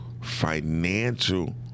Financial